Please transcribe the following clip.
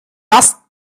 lass